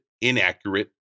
inaccurate